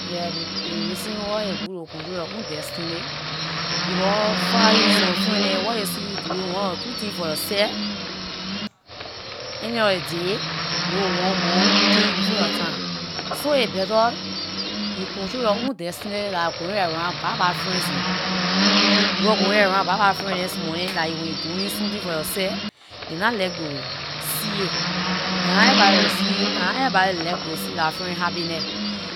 Yeah, the reason why aay good to control your own destiny, because following some friend dem where they seeing doing one or two thing for yor seh; ending of the day, they will want go kill you before yor time. So a better you control yor own destiny, dah going around bad bad friends dem. Because going around bad bad friends dem, some mor len when you doing something for yor seh, they nah like to see it. Dah nah everybody like to see- dah nah everybody like to see dah friend happiness.